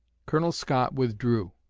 colonel scott withdrew,